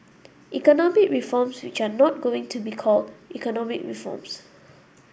economic reforms which are not going to be called economic reforms